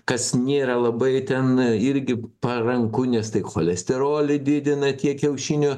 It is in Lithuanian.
kas nėra labai ten irgi paranku nes tai cholesterolį didina tie kiaušinių